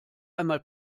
einmal